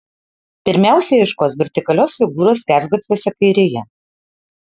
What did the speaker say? pirmiausia ieškos vertikalios figūros skersgatviuose kairėje